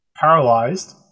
paralyzed